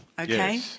okay